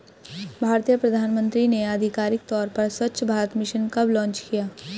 भारतीय प्रधानमंत्री ने आधिकारिक तौर पर स्वच्छ भारत मिशन कब लॉन्च किया?